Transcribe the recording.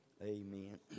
Amen